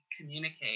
communicate